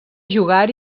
jugar